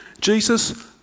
Jesus